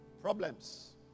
Problems